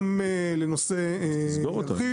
גם לנושא טיב,